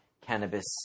cannabis